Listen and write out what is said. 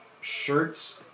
shirts